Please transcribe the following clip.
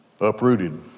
uprooted